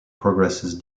progresses